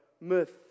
myth